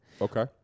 Okay